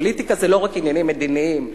פוליטיקה זה לא רק עניינים מדיניים,